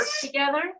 together